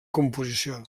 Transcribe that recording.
composició